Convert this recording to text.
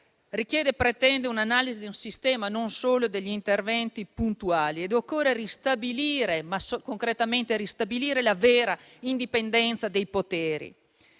richiede e pretende un'analisi di un sistema e non solo degli interventi puntuali. Occorre concretamente ristabilire la vera indipendenza dei poteri,